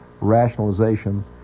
rationalization